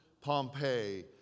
Pompeii